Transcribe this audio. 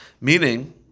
Meaning